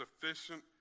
sufficient